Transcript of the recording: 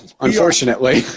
unfortunately